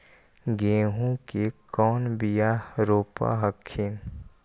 गेहूं के कौन बियाह रोप हखिन?